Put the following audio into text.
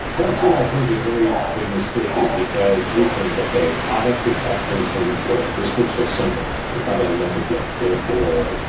well, tim, i think the very big mistake is because they think, okay, i have picked up things from the floor. this looks so simple. it's not an olympic lift. therefore,